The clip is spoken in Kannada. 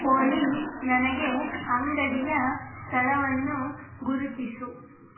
ಓಲಿ ನನಗೆ ಅಂಗಡಿಯ ಸ್ಥಳವನ್ನು ಗುರುತಿಸು